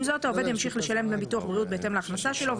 עם זאת העובד ימשיך לשלם גם ביטוח בריאות בהתאם להכנסה שלו,